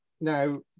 now